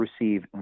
receive